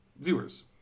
viewers